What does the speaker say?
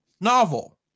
novel